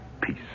peace